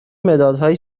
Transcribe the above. مدادهایی